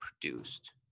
produced